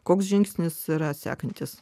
koks žingsnis yra sekantis